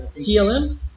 CLM